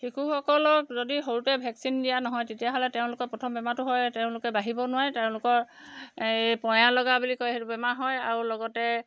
শিশুসকলক যদি সৰুতে ভেকচিন দিয়া নহয় তেতিয়াহ'লে তেওঁলোকৰ প্ৰথম বেমাৰটো হয় তেওঁলোকে বাঢ়িব নোৱাৰে তেওঁলোকৰ এই পঁয়া লগা বুলি কয় সেইটো বেমাৰ হয় আৰু লগতে